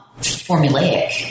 formulaic